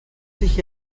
sich